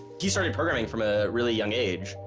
he started programming from a really young age.